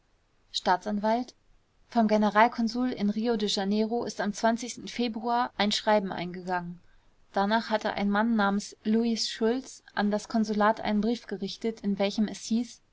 staatsanwalt vom general konsul in rio de janeiro ist am februar cr ein schreiben eingegangen danach hatte ein mann namens louis schulz an das konsulat einen brief gerichtet in welchem es hieß